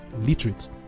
literate